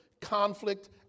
conflict